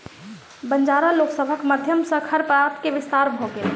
बंजारा लोक सभक माध्यम सॅ खरपात के विस्तार भ गेल